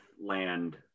land